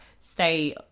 stay